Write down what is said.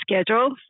schedule